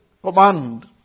command